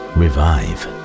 revive